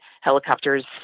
helicopters